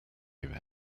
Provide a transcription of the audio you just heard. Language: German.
über